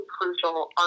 crucial